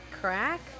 crack